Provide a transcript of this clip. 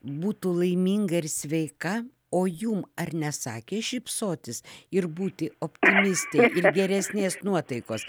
būtų laiminga ir sveika o jum ar nesakė šypsotis ir būti optimistei ir geresnės nuotaikos